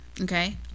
okay